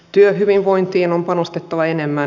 työhyvinvointiin on panostettava enemmän